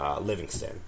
Livingston